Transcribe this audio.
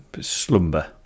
slumber